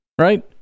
right